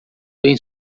bem